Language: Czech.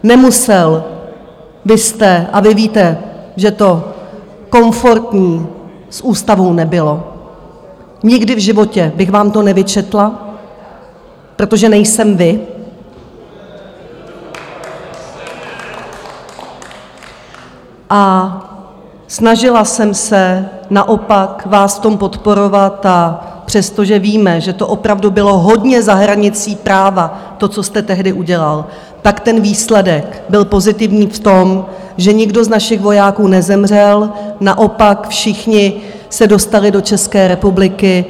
Nemusel byste a vy víte, že to komfortní s ústavou nebylo, nikdy v životě bych vám to nevyčetla, protože nejsem vy, a snažila jsem se naopak vás v tom podporovat a přestože víme, že opravdu bylo hodně za hranicí práva to, co jste tehdy udělal, ten výsledek byl pozitivní v tom, že nikdo z našich vojáků nezemřel, naopak, všichni se dostali do České republiky.